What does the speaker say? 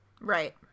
Right